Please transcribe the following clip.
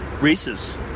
Reese's